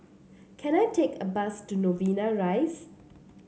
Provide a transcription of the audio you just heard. can I take a bus to Novena Rise